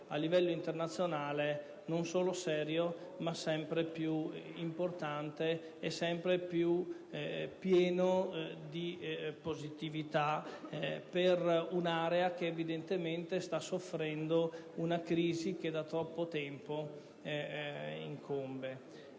a livello internazionale, non solo serio, ma sempre più importante e sempre più pieno di positività per un'area che evidentemente sta soffrendo una crisi che da troppo tempo incombe.